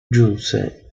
giunse